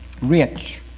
rich